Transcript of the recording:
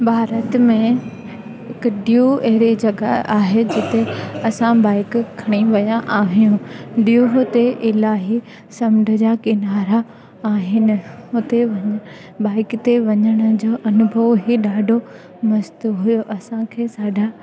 भारत में हिक दीव अहिड़ी जॻह आहे जिते असां बाइक खणी विया आहियूं दीव ते इलाही समंड जा किनारा आहिनि उते बाइक ते वञण जो अनुभव इहो ॾाढो मस्तु हुओ असांखे साढा